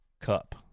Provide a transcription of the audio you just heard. cup